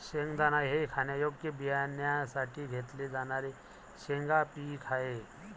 शेंगदाणा हे खाण्यायोग्य बियाण्यांसाठी घेतले जाणारे शेंगा पीक आहे